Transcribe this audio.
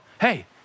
hey